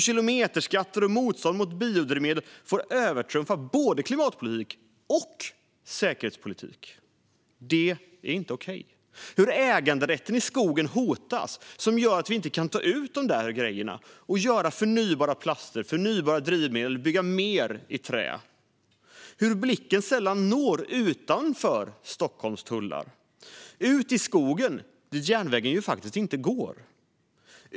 Kilometerskatter och motstånd mot biodrivmedel får övertrumfa både klimatpolitik och säkerhetspolitik. Det är inte okej. Äganderätten i skogen hotas, vilket gör att vi inte kan ta ut de där grejerna och göra förnybara plaster och drivmedel och bygga mer i trä. Sällan når blicken utanför Stockholms tullar. Ut i skogen, dit järnvägen inte går!